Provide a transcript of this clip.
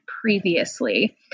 previously